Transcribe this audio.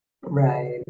Right